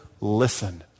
Listen